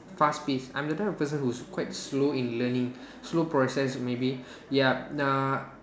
fast paced I'm the type of person who is quite slow in learning slow process maybe yup uh